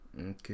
okay